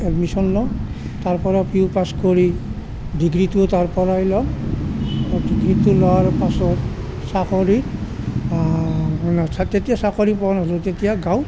admission লওঁ তাৰ পৰা পি ইউ পাছ কৰি ডিগ্ৰীটো তাৰ পৰাই লওঁ ডিগ্ৰীটো লোৱাৰ পাছত চাকৰি তেতিয়া চাকৰি পোৱা নাছিলোঁ তেতিয়া গাঁৱত